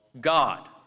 God